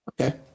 Okay